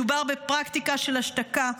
מדובר בפרקטיקה של השתקה,